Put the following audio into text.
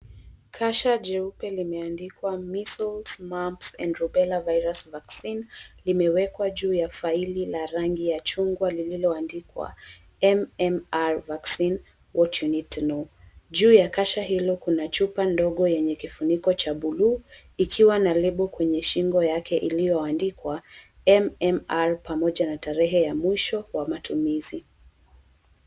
Kasha jeupe limeandikwa Measles, Moms and Robella virus vaccine limewekwa juu ya faili la rangi ya chungwa lililoandikwa MMR vaccine what you need to know . Juu ya kasha hilo kuna chupa ndogo yenye kifuniko cha buluu ikiwa na label kwenye shingo yake iliyoandikwa MMR pamoja na tarehe ya mwisho wa matumizi.